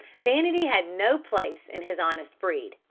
vanity had no place in his honest breast,